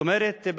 זאת אומרת,